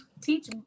teach